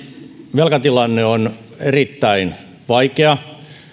velkatilanne on erittäin vaikea